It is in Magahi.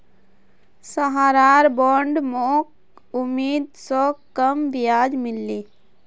सहारार बॉन्डत मोक उम्मीद स कम ब्याज मिल ले